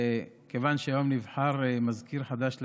כיוון שהיום נבחר מזכיר חדש לכנסת,